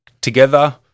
together